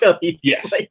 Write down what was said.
Yes